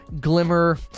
glimmer